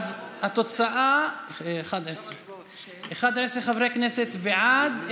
אז התוצאה: 11 חברי כנסת בעד,